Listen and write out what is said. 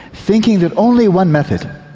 thinking that only one method,